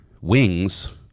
wings